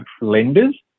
lenders